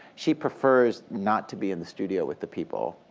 she prefers not to be in the studio with the people.